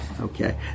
Okay